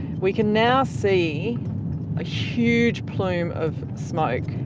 we can now see a huge plume of smoke.